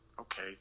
okay